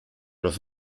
los